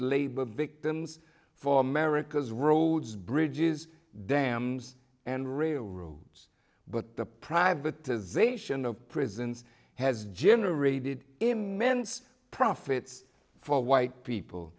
labor victims for america's roads bridges dams and railroads but the privatization of prisons has generated immense profits for white people